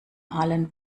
allen